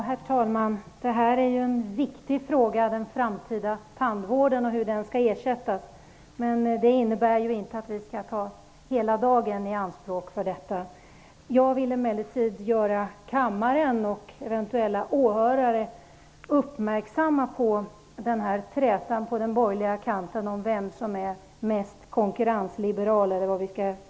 Herr talman! Hur ersättningen skall se ut för den framtida tandvården är en viktig fråga. Men det innebär inte att vi skall ta hela dagen i anspråk för denna fråga. Jag vill emellertid göra kammaren och eventuella åhörare uppmärksamma på den borgerliga trätan om vem som är mest konkurrensliberal.